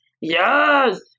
Yes